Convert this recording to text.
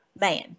Man